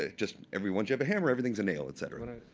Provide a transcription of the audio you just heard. ah just everyone should have a hammer, everything is a nail, et cetera. and